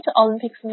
Olympics